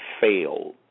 fail